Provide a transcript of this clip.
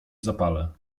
zapale